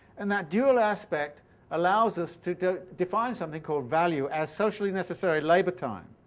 and that dual aspect allows us to to define something, called value, as socially necessary labour-time.